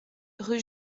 rue